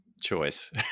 choice